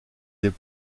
des